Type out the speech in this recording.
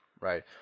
Right